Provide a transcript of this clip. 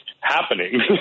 happening